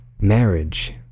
marriage